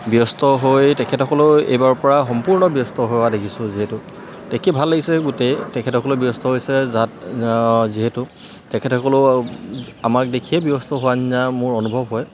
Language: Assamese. ব্যস্ত হৈ তেখেতসকলেও এইবাৰৰ পৰা সম্পূৰ্ণ ব্যস্ত হোৱা দেখিছোঁ যিহেতু দেখি ভাল লাগিছে গোটেই তেখেতসকলেও ব্যস্ত হৈছে যাত যিহেতু তেখেতসকলেও আমাক দেখিয়ে ব্যস্ত হোৱা নিচিনা মোৰ অনুভৱ হয়